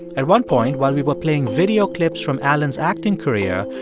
at one point while we were playing video clips from alan's acting career,